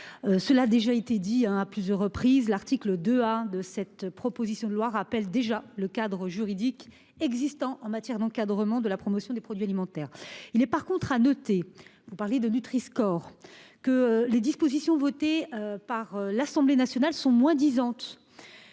cela a été dit à plusieurs reprises, l'article 2 A de la proposition de loi rappelle déjà le cadre juridique en vigueur en matière d'encadrement de la promotion des produits alimentaires. Vous parlez du Nutri-score. Il est à noter que les dispositions votées à l'Assemblée nationale sont moins-disantes